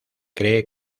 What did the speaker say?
cree